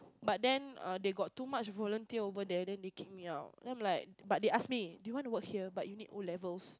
but then err they got too much volunteer over there then they kick me out then I'm like but they ask me do you wanna work here but you need O-levels